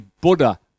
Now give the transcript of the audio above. Buddha